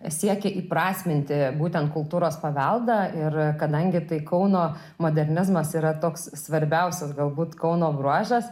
siekia įprasminti būtent kultūros paveldą ir kadangi tai kauno modernizmas yra toks svarbiausias galbūt kauno bruožas